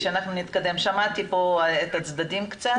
שמעתי פה את הצדדים קצת.